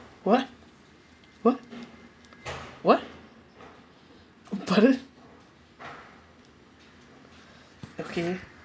what what what okay